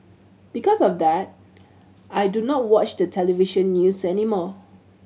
because of that I do not watch the television news anymore